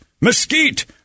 mesquite